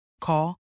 Call